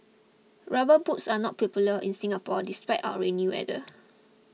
rubber boots are not popular in Singapore despite our rainy weather